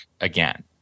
again